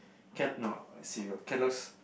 Kel~ no ah cereal Kellogg's